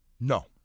No